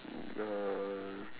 uh